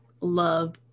love